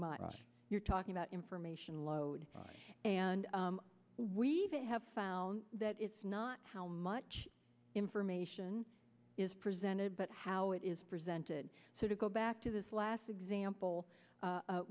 much you're talking about information load and we have found that it's not how much information is presented but how it is presented so to go back to this last example